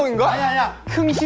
um and guy yeah who